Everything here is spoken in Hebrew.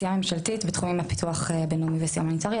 עשייה ממשלתית בתחומי הפיתוח הבין-לאומי וסיוע הומניטרי.